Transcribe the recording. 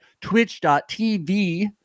twitch.tv